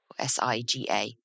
SIGA